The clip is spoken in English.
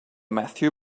matthew